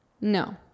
No